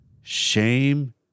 shame